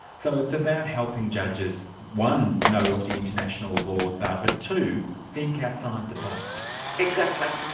so it's about helping judges one know what the international laws are, but two think outside the box. exactly.